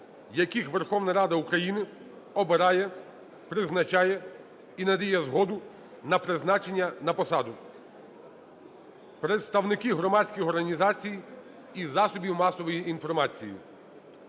яких Верховна Рада України обирає, призначає і надає згоду на призначення на посаду; представники громадських організацій і засобів масової інформації;